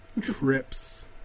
Trips